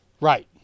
Right